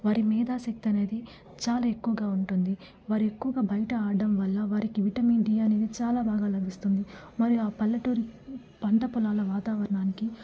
వారి మేధా శక్తనేది చాలా ఎక్కువగా ఉంటుంది వారు ఎక్కువగా బయట ఆడడం వల్ల వారికి విటమిన్ డీ అనేది చాలా బాగా లభిస్తుంది మరి పల్లెటూరి పంట పొలాల వాతావరణానికి